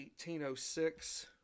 1806